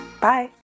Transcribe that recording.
Bye